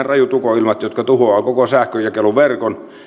rajut ukonilmat jotka tuhoavat koko sähkönjakeluverkon